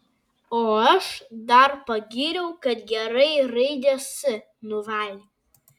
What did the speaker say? o aš dar pagyriau kad gerai raidę s nuvalė